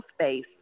space